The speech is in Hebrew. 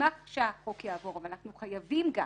נשמח שהחוק יעבור אבל אנחנו חייבים גם